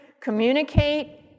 communicate